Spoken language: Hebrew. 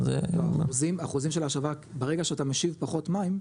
לא, האחוזים של ההשבה ברגע שאתה משיב פחות מים,